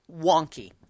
wonky